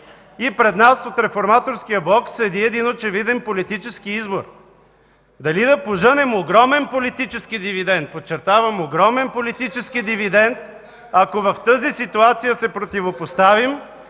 И пред нас от Реформаторския блок стои очевиден политически избор: дали да пожънем огромен политически дивидент, подчертавам, огромен политически дивидент, ако в тази ситуация се противопоставим,